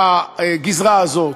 בגזרה הזאת.